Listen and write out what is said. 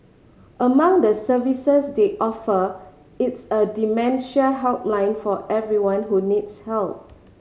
among the services they offer its a dementia helpline for everyone who needs help